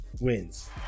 wins